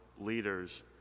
leaders